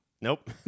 Nope